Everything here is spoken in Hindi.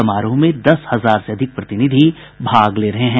समारोह में दस हजार से अधिक प्रतिनिधि भाग ले रहे हैं